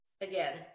again